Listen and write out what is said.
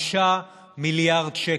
5 מיליארד שקל,